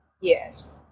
Yes